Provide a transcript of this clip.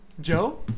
joe